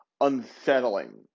unsettling